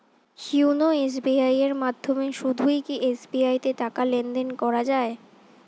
YONO SBI এর মাধ্যমে শুধুই কি এস.বি.আই তে টাকা লেনদেন করা যায়?